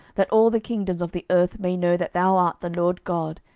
that all the kingdoms of the earth may know that thou art the lord god,